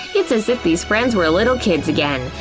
it's as if these friends were little kids again!